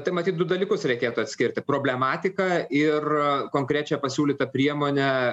tai matyt du dalykus reikėtų atskirti problematiką ir konkrečią pasiūlytą priemonę